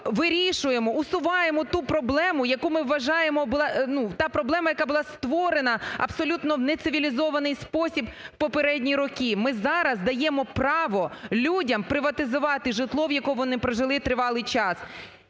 вирішуємо, усуваємо ту проблему яку ми вважаємо, ну, та проблема яка була створена абсолютно не в цивілізований спосіб в попередні роки. Ми зараз даємо право людям приватизувати житло в якому вони прожили тривалий час.